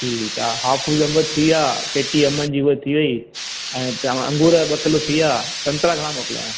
ठीकु आहे हापुस अंब थी विया पेती अम्बनि जी हूअ थी वयी ऐं त अंगूर ॿ किलो थी विया संतरा घणा मोकिलियांव